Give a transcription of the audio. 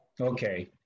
Okay